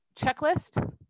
checklist